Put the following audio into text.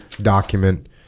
document